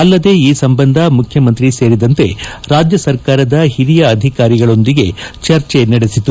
ಅಲ್ಲದೆ ಈ ಸಂಬಂಧ ಮುಖ್ಯಮಂತ್ರಿ ಸೇರಿದಂತೆ ರಾಜ್ಯ ಸರ್ಕಾರದ ಹಿರಿಯ ಅಧಿಕಾರಿಗಳೊಂದಿಗೆ ಚರ್ಚೆ ನಡೆಸಿತ್ತು